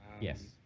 Yes